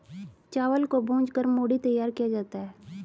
चावल को भूंज कर मूढ़ी तैयार किया जाता है